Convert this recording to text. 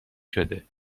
شده